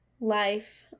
life